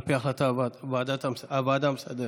על פי החלטת הוועדה המסדרת.